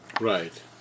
Right